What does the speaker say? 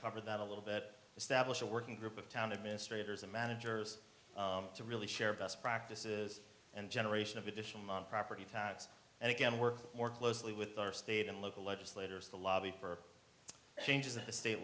covered that a little bit establish a working group of town administrators and managers to really share best practices and generation of additional non property tax and again work more closely with state and local legislators to lobby for changes at the state